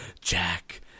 Jack